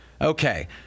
Okay